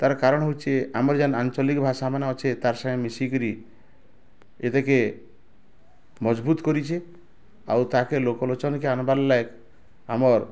ତାର୍ କାରଣ ହଉଛି ଆମର ଯେନ୍ ଆଞ୍ଚଲିକ ଭାଷା ମାନେ ଅଛେ ତାର୍ ସାଙ୍ଗେ ମିଶିକିରି ଏତିକେ ମଜବୁତ୍ କରିଛି ଆଉ ତାକେ ଲୋକ୍ ଲୋଚନ୍ କେ ଆନବାର୍ ଲାଗ୍ ଆମର୍